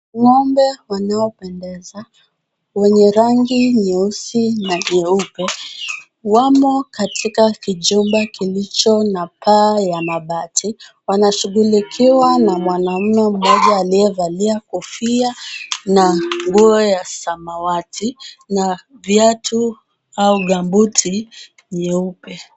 Ng'ombe wanaopendeza, wenye rangi nyeusi na nyeupe, wamo katika kijumba kilicho na paa ya mabati. Wanashughulikiwa na mwanamume mmoja aliyevalia kofia na nguo ya samawati, na viatu au gumboot nyeupe.